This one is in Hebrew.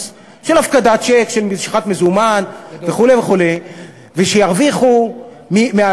להגיד דבר נורא פשוט: שהבנקים ירוויחו המון כסף,